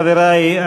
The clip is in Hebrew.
חברי,